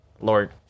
Lord